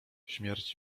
śmierć